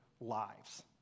lives